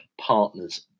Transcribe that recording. partners